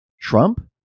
Trump